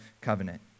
covenant